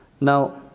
Now